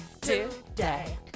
today